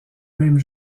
même